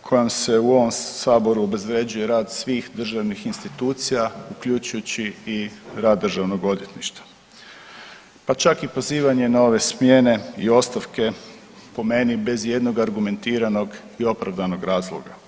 kojom se u ovom Saboru obezvrjeđuje rad svih državnih institucija, uključujući i rad državnog odvjetništva, pa čak i pozivanje na ove smjene i ostavke po meni bez ijednog argumentiranog i opravdanog razloga.